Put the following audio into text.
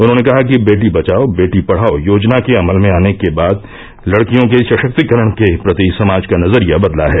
उन्होंने कहा कि बेटी बचाओ बेटी पढ़ाओ योजना के अमल में आने के बाद लड़कियों के सशक्तिकरण के प्रति समाज का नजरिया बदला है